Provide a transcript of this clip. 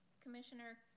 Commissioner